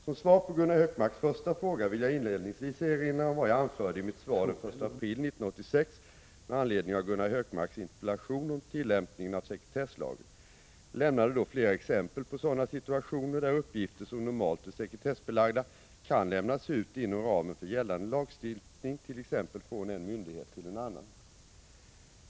Som svar på Gunnar Hökmarks första fråga vill jag inledningsvis erinra om vad jag anförde i mitt svar den 1 april 1986 med anledning av Gunnar Hökmarks interpellation om tillämpningen av sekretesslagen . Jag lämnade då flera exempel på sådana situationer där uppgifter som normalt är sekretessbelagda kan lämnas ut inom ramen för gällande lagstiftning, t.ex. från en myndighet till en annan.